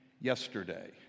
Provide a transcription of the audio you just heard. yesterday